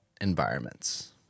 environments